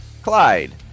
Clyde